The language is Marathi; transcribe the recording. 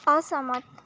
असहमत